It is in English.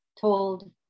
told